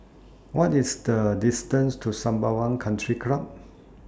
What IS The distance to Sembawang Country Club